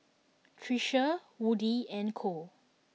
Tricia Woody and Cole